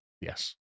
Yes